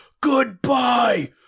Goodbye